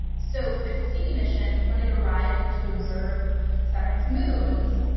so the cassini mission, when it arrived to observe saturn's moons,